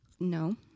No